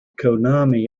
konami